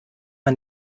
man